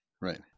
right